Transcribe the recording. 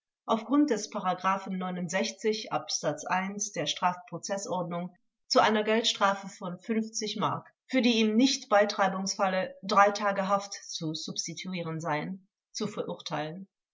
auf grund des ab der strafprozeßordnung zu einer geldstrafe von mark für die ihm nicht bei drei tage haft zu substituieren seien zu verurteilen